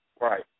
Right